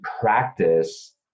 practice